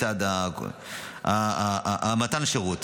לצד מתן השירות,